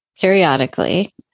Periodically